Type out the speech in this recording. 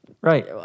Right